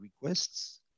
requests